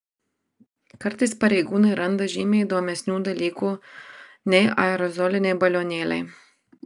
kartais pareigūnai randa žymiai įdomesnių dalykų nei aerozoliniai balionėliai